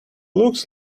looks